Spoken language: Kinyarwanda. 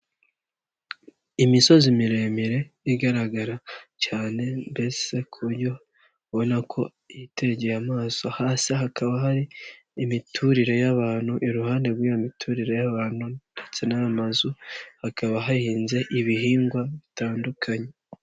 Imisozi miremire igaragara cyane mbese ku buryo ubona ko yitegeye amaso, hasi hakaba hari imiturire y'abantu, iruhande rw'iyo miturire y'abantu ndetse n'amazu hakaba hahinze ibihingwa bitandukanye.